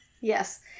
Yes